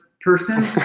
person